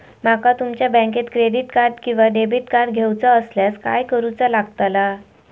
माका तुमच्या बँकेचा क्रेडिट कार्ड किंवा डेबिट कार्ड घेऊचा असल्यास काय करूचा लागताला?